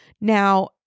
Now